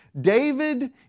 David